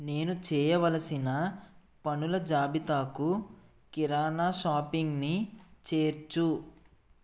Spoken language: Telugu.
నేను చేయవలసిన పనుల జాబితాకు కిరాణా షాపింగ్ని చేర్చు